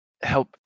help